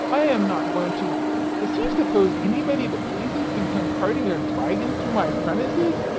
i am not going to does he suppose anybody that pleases can come carting their dragons through my premises?